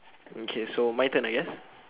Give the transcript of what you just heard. okay so my turn I guess